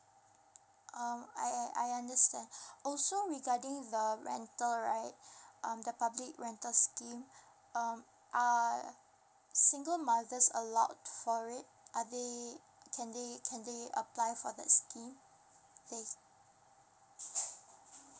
um I I I understand also regarding the rental right um the public rental scheme um are single mothers allowed for it are they can they can they apply for the scheme they